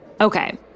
Okay